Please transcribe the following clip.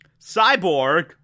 Cyborg